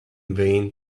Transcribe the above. vain